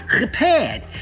repaired